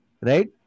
right